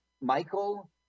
Michael